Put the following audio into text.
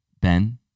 Ben